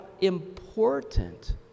important